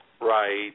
right